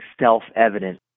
self-evident